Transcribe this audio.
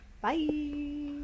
Bye